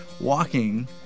walking